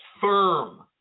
firm